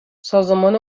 سازمان